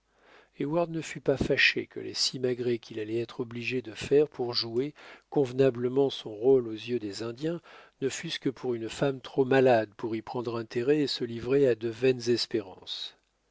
heyward ne fut pas fâché que les simagrées qu'il allait être obligé de faire pour jouer convenablement son rôle aux yeux des indiens ne fussent que pour une femme trop malade pour y prendre intérêt et se livrer à de vaines espérances